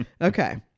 Okay